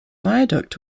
viaduct